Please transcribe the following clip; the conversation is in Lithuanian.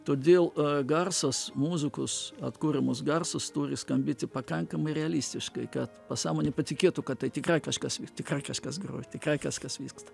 todėl garsas muzikos atkuriamos garsas turi skambėti pakankamai realistiškai kad pasąmonė patikėtų kad tai tikrai kažkas tikrai kažkas groja tikrai kažkas vyksta